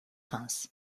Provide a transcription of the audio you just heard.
reims